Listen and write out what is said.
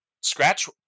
Scratch